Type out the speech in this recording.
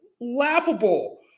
Laughable